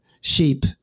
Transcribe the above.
sheep